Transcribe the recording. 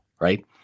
right